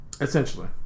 Essentially